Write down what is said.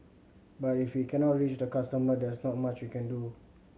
but if we cannot reach the customer there is not much we can do